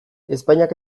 ezpainak